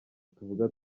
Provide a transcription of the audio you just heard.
tuvuga